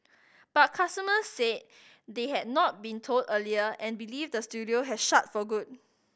but customers said they had not been told earlier and believe the studio has shut for good